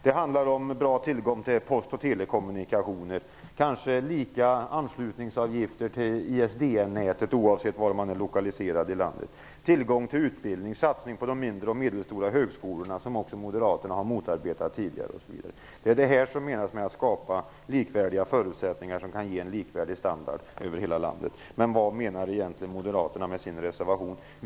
Det handlar om bra tillgång till post och telekommunikationer, kanske lika anslutningsavgifter till ISDN-nätet oavsett var man är lokaliserad i landet, tillgång till utbildning, satsning på de mindre och medelstora högskolorna - som moderaterna har motarbetat tidigare - osv. Det är det här som menas med att skapa likvärdiga förutsättningar, som kan ge en likvärdig standard över hela landet. Men vad menar egentligen moderaterna med sin reservation?